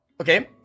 okay